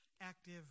active